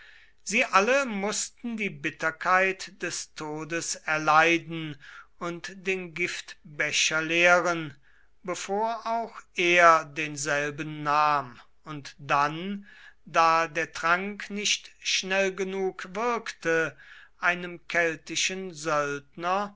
sie alle mußten die bitterkeit des todes erleiden und den giftbecher leeren bevor auch er denselben nahm und dann da der trank nicht schnell genug wirkte einem keltischen